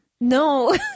No